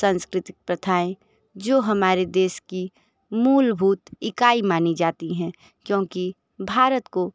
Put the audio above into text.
सांस्कृतिक प्रथाएं जो हमारे देश की मूलभूत इकाई मानी जाती हैं क्योंकि भारत को